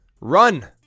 Run